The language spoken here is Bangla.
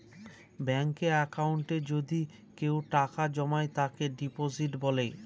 ব্যাঙ্কে একাউন্টে যদি কেউ টাকা জমায় তাকে ডিপোজিট বলে